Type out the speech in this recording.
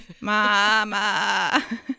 mama